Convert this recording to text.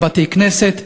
לבתי-כנסת.